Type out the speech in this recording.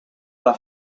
alla